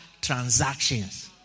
transactions